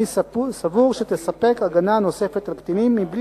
אני סבור שהיא תספק הגנה נוספת לקטינים מבלי